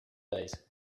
days